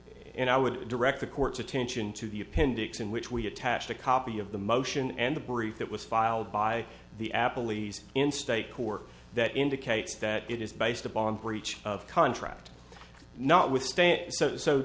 and i would direct the court's attention to the appendix in which we attached a copy of the motion and the brief that was filed by the apple lees in state court that indicates that it is based upon breach of contract not with